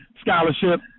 scholarship